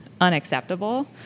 unacceptable